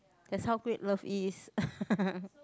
that's how great love is